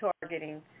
targeting